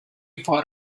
for